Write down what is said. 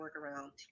workaround